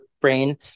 brain